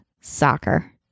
soccer